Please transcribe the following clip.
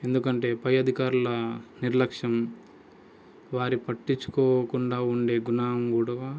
ఎందుకంటే పై అధికారుల నిర్లక్ష్యం వారి పట్టించుకోకుండా ఉండే గుణం కూడా